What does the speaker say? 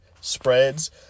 spreads